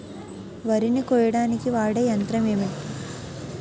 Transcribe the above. వరి ని కోయడానికి వాడే యంత్రం ఏంటి?